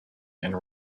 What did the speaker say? and